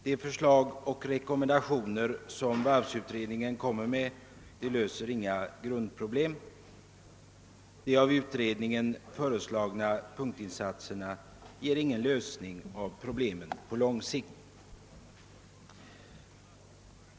De förslag och rekommendationer som varvsutredningen lämnar löser inga grundproblem; de av utredningen föreslagna punktinsatserna åstadkommer ingen lösning av problemen på lång sikt.